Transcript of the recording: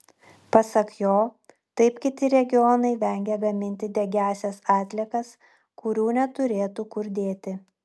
pasak jo taip kiti regionai vengia gaminti degiąsias atliekas kurių neturėtų kur dėti